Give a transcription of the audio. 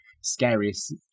scariest